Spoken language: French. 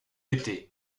été